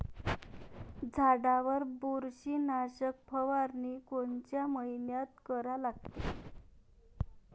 झाडावर बुरशीनाशक फवारनी कोनच्या मइन्यात करा लागते?